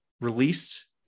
released